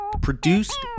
Produced